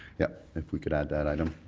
yeah if we could add that item.